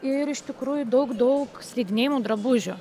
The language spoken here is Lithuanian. ir iš tikrųjų daug daug slidinėjimo drabužių